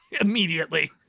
immediately